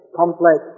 complex